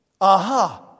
aha